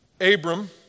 Abram